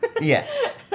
Yes